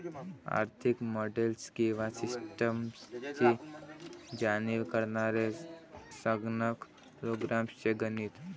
आर्थिक मॉडेल्स किंवा सिस्टम्सची जाणीव करणारे संगणक प्रोग्राम्स चे गणित